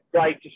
great